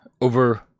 over